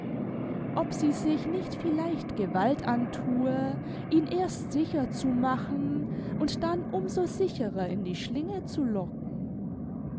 ob sie sich nicht vielleicht gewalt anthue ihn erst sicher zu machen und dann um so sicherer in die schlinge zu locken